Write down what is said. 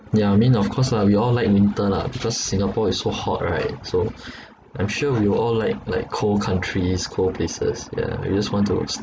yeah I mean of course lah we all like winter lah because singapore is so hot right so I'm sure we all like like cold countries cold places yeah we just want to